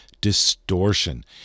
distortion